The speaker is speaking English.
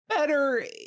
Better